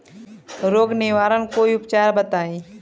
रोग निवारन कोई उपचार बताई?